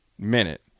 minute